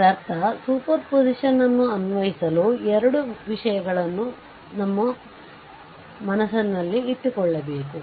ಇದರರ್ಥ ಸೂಪರ್ಪೋಸಿಷನ್ ಅನ್ನು ಅನ್ವಯಿಸಲು 2 ವಿಷಯಗಳನ್ನು ನಮ್ಮ ಮನಸ್ಸಿನಲ್ಲಿಟ್ಟುಕೊಳ್ಳಬೇಕು